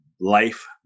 life